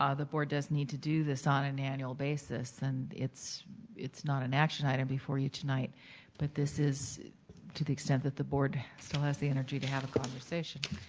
ah the board does need to do this on an annual basis and it's it's not an action item before you tonight but this is to the extent that the board still has the energy to have a conversation,